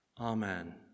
Amen